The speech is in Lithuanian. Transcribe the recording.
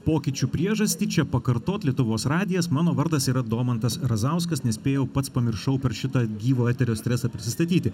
pokyčių priežastį čia pakartot lietuvos radijas mano vardas yra domantas razauskas nespėjau pats pamiršau per šitą gyvo eterio stresą prisistatyti